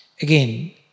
Again